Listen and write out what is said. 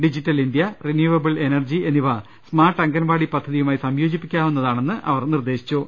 digital India renewable energy എന്നിവ smart anganwadi പദ്ധതിയുമായി സംയോജിപ്പിക്കാവുന്നതാണെന്ന് മന്ത്രി നിർദ്ദേശിച്ചു